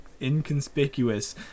inconspicuous